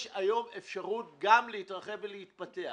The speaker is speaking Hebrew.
יש היום אפשרות גם להתרחב ולהתפתח.